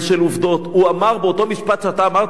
הוא אמר, באותו משפט שאתה אמרת, הארץ שלנו,